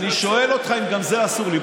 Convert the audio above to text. אני שואל אותך אם גם זה אסור לי.